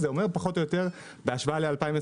זה אומר פחות או יותר בהשוואה ל-2020,